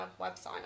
website